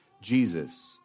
Jesus